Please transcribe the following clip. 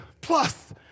plus